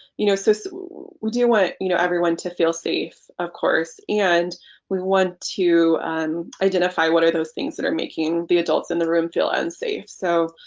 you know so so we do want you know everyone to feel safe of course and we want to identify what are those things that are making the adults in the room feel ah unsafe so